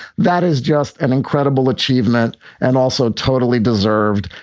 that is just an incredible achievement and also totally deserved.